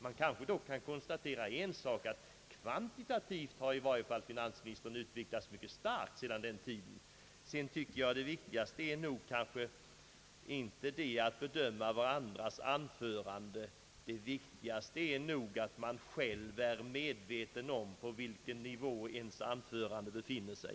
Man kanske dock kan konstatera en sak, nämligen att finansministern i alla fall kvantitativt har utvecklats mycket starkt under den tiden. Sedan tycker jag att det viktigaste nog inte är att bedöma varandras anföranden. Det viktigaste är nog att man själv är medveten om på vilken nivå ens anföranden befinner sig.